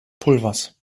pulvers